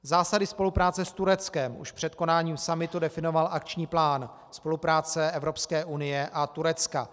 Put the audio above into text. Zásady spolupráce s Tureckem už před konáním summitu definoval Akční plán spolupráce Evropské unie a Turecka.